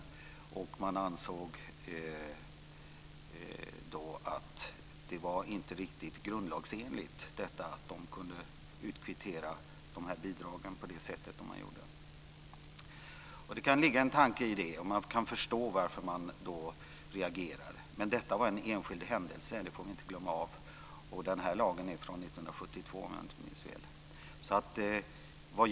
Man ansåg då att det inte var riktigt grundlagsenligt att de kunde utkvittera de här bidragen på det sätt som de gjorde. Det kan ligga något i det, och det går att förstå varför man reagerar. Men detta var en enskild händelse; det får vi inte glömma. Och den här lagen är från 1972, om jag inte minns fel.